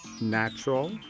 natural